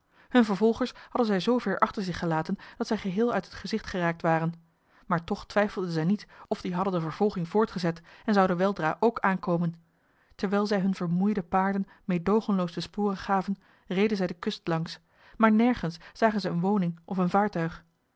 hunne vervolgers hadden zij zoover achter zich gelaten dat zij geheel uit het gezicht geraakt waren maar toch twijfelden zij niet of die hadden de vervolging voortgezet enzouden weldra ook aankomen terwijl zij hunne vermoeide paarden meedoogenloos de sporen gaven reden zij de kust langs maar nergens zagen zij eene woning of een vaartuig